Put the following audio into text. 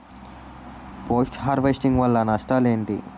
Post harvesting వల్ల నష్టాలు ఏంటి?